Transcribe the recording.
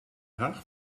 haag